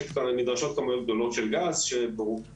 נדרשות כמויות גדולות מאוד של גז שברוב